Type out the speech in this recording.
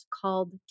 called